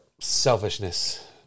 selfishness